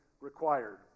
required